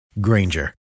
Granger